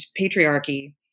patriarchy